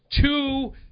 two